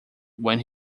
when